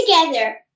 together